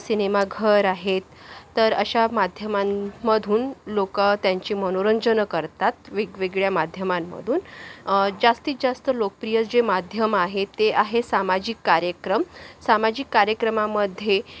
सिनेमाघर आहेत तर अशा माध्यमांमधून लोक त्यांची मनोरंजन करतात वेगवेगळ्या माध्यमांमधून जास्तीत जास्त लोकप्रिय जे माध्यम आहे ते आहे सामाजिक कार्यक्रम सामाजिक कार्यक्रमामध्ये